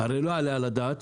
הרי לא יעלה על הדעת